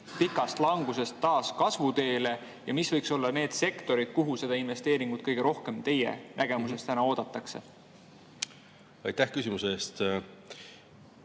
pikast langusest taas kasvuteele? Mis võiks olla need sektorid, kuhu seda investeeringut kõige rohkem teie arvates täna oodatakse? Aitäh, hea